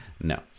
no